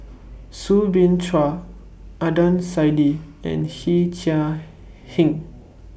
Soo Bin Chua Adnan Saidi and Yee Chia Hsing